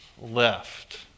left